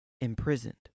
imprisoned